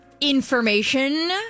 information